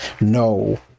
No